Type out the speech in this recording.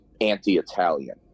anti-Italian